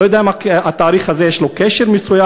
אני לא יודע אם לתאריך הזה יש קשר מסוים,